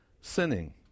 sinning